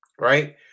right